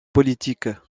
politique